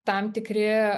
tam tikri